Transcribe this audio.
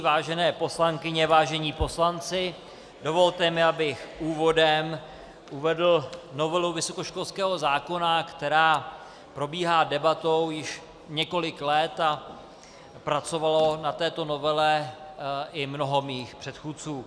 Vážené poslankyně, vážení poslanci, dovolte mi, abych úvodem uvedl novelu vysokoškolského zákona, která probíhá debatou již několik let, a pracovalo na této novele i mnoho mých předchůdců.